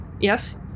Yes